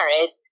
married